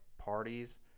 parties